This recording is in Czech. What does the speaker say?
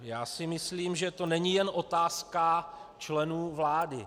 Já si myslím, že to není jen otázka členů vlády.